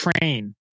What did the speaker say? train